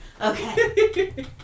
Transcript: Okay